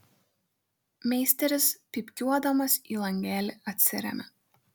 meisteris pypkiuodamas į langelį atsiremia